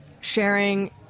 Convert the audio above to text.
sharing